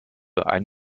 ein